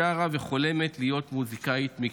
שרה וחולמת להיות מוזיקאית מקצועית.